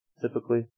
typically